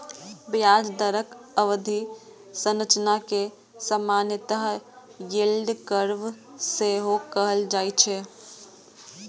ब्याज दरक अवधि संरचना कें सामान्यतः यील्ड कर्व सेहो कहल जाए छै